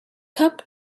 cup